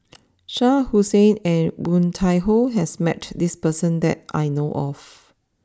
Shah Hussain and Woon Tai Ho has met this person that I know of